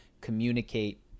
communicate